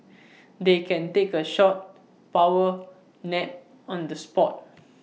they can take A short power nap on the spot